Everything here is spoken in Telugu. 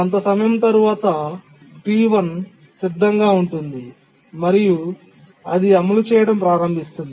కొంత సమయం తరువాత T1 సిద్ధంగా ఉంటుంది మరియు అది అమలు చేయడం ప్రారంభిస్తుంది